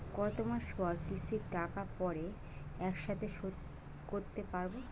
কত মাস পর কিস্তির টাকা পড়ে একসাথে শোধ করতে পারবো?